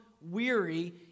weary